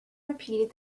repeated